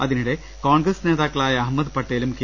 അതിനിടെ കോൺഗ്രസ് നേതാക്കളായ അഹമ്മദ് പട്ടേലും കെ